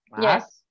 Yes